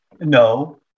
No